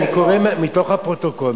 אני קורא מתוך הפרוטוקול,